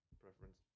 preference